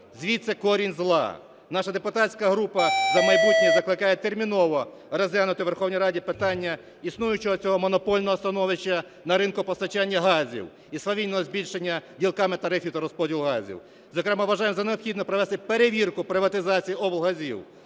звідси корінь зла. Наша депутатська група "За майбутнє" закликає терміново розглянути у Верховній Раді питання існуючого цього монопольного становища на ринку постачання газів і свавільного збільшення ділками тарифів та розподілу газів. Зокрема, вважаємо за необхідне провести перевірку приватизації облгазів,